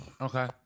Okay